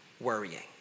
worrying